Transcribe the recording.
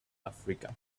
africa